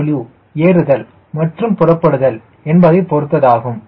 TW ஏறுதல் மற்றும் புறப்படுதல் என்பதை பொருத்ததாகும்